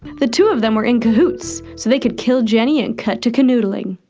the two of them were in cahoots, so they could kill jenny and cut to canoodling.